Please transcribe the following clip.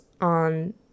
on